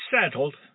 settled